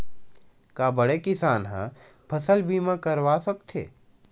का बड़े किसान ह फसल बीमा करवा सकथे?